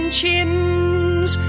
chins